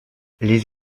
les